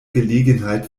gelegenheit